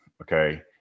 okay